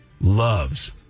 loves